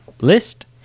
list